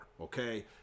okay